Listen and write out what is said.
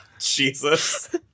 Jesus